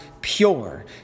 pure